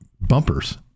bumpers